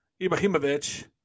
Ibrahimovic